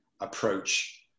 approach